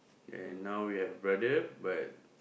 and now we have a brother but